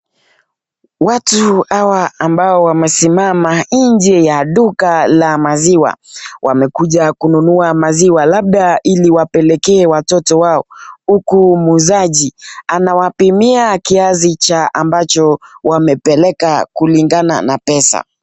Watu hawa ambao wamesimama inje ya duka la maziwa, wamekuja kununua maziwa labda ili wapelekee watoto wao, huku muuzaji anawapimia kiasi cha ambacho wamepeleka kulingana na pesa.